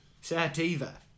Sativa